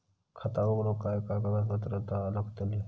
खाता उघडूक काय काय कागदपत्रा लागतली?